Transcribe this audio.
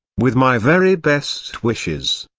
with my very best wishes.